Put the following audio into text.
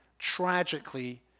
tragically